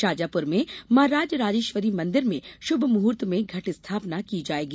शाजापुर में मॉ राजराजेश्वरी मंदिर में शुभ मुहर्त में घट स्थापना की जायेगी